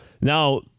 now